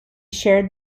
shared